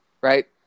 Right